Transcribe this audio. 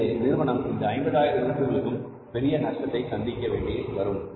எனவே நிறுவனம் இந்த 50000 யூனிட்களுக்கும் பெரிய நஷ்டத்தை சந்திக்க வேண்டி வரும்